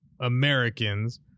Americans